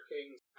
King's